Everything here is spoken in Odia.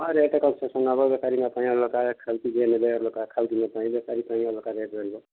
ହଁ ରେଟ୍ କନସେସନ୍ ହବ ବେପାରୀଙ୍କ ପାଇଁ ଅଲଗା ଖାଉଟି ଯିଏ ନେଲେ ଅଲଗା ଖାଉଟିଙ୍କ ପାଇଁ ବେପାରୀ ପାଇଁ ଅଲଗା ରେଟ୍ ରହିବ